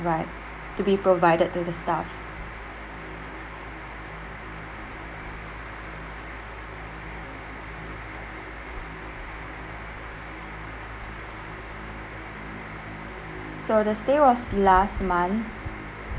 provide to be provided to the staff so the stay was last month